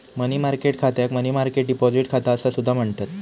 मनी market खात्याक money market deposit खाता असा सुद्धा म्हणतत